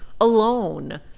alone